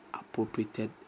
appropriated